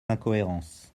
incohérences